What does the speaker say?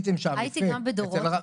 הייתי גם בדורות,